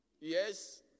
Yes